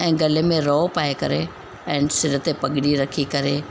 ऐं गले में रओ पाए करे ऐं सिर ते पगड़ी रखी करे